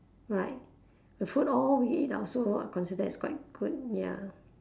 right the food all we eat also consider as quite good ya